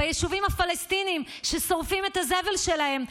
ביישובים הפלסטיניים ששורפים את הזבל שלהם,